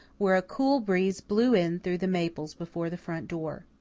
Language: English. where a cool breeze blew in through the maples before the front door.